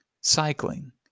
cycling